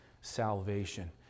salvation